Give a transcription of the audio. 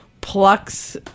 plucks